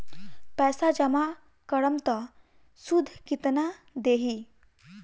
पैसा जमा करम त शुध कितना देही?